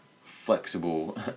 flexible